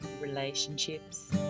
relationships